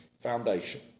foundation